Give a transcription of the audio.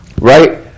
Right